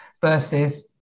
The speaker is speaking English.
versus